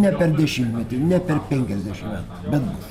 ne per dešimtmetį ne per penkiasdešimt metų bet bus